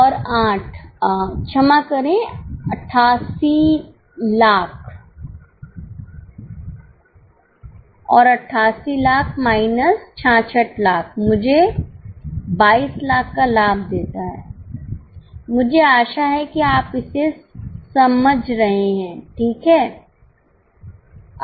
और 8 क्षमा करें 8800000 और 8800000 माइनस 6600000 मुझे 2200000 का लाभ देता है मुझे आशा है कि आप सभी इसे समझ रहे हैं ठीक हैं